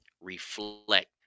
reflect